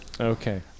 Okay